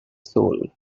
soul